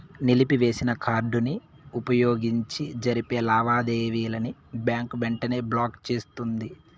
నిలిపివేసిన కార్డుని వుపయోగించి జరిపే లావాదేవీలని బ్యాంకు వెంటనే బ్లాకు చేస్తుంది